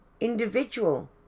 individual